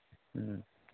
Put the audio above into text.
ꯎꯝ